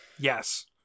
yes